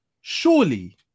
surely